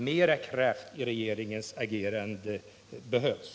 Mera kraft i regeringens agerande behövs.